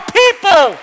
people